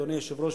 אדוני היושב-ראש,